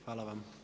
Hvala.